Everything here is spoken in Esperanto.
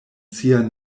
sia